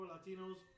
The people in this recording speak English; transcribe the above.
Latinos